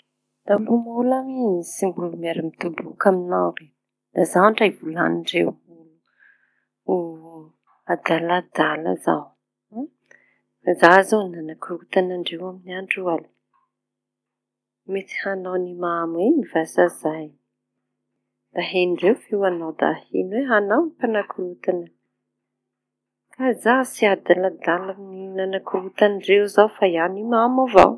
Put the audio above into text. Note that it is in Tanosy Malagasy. Môlamôla mitsy olo miara mitoboka aminao zaho ndray volañindreo ho daladala zao. Za zao nanakorontandreo amy andro aliñy. Mety añao ny mamo iñy vasa zay da heno ndreo feonao da ahiñy hoe añao mpanakorontana. Ka zaho tsy adaladala mankorontandreo zao fa za nimamo avao.